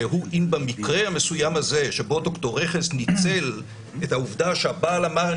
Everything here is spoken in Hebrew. הוא אם במקרה המסוים הזה שבו ד"ר רכס ניצל את העובדה שהבעל אמר,